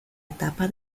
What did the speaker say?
etapa